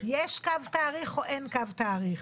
יש קו תאריך או אין קו תאריך?